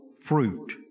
fruit